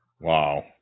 Wow